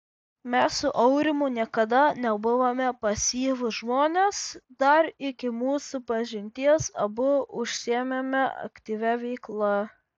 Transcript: mes su aurimu niekada nebuvome pasyvūs žmonės dar iki mūsų pažinties abu užsiėmėme aktyvia veikla